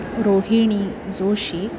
Rohini Joshi